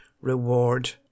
reward